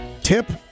Tip